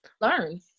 learn